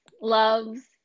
Loves